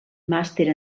màster